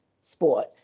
sport